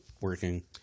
working